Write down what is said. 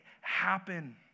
happen